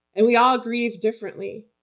and we all grieve differently.